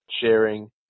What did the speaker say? sharing